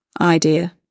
idea